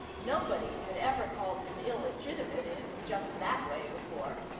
nobody had ever called him illegitimate in just that way before.